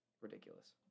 Ridiculous